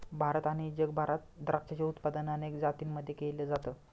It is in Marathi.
भारत आणि जगभरात द्राक्षाचे उत्पादन अनेक जातींमध्ये केल जात